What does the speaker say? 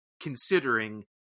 considering